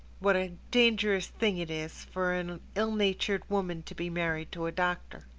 what a dangerous thing it is for an ill-natured woman to be married to a doctor.